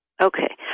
Okay